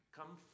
Come